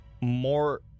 more